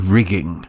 Rigging